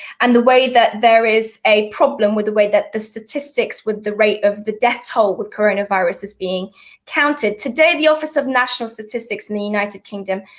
and the way that there is a problem with the way that the statistics with the rate of the death toll with coronavirus is being counted. today the office of national statistics in the united kingdom,